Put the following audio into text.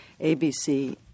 ABC